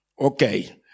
Okay